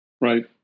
Right